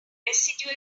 residual